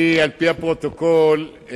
על-פי הפרוטוקול,